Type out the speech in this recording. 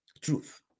Truth